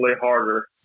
harder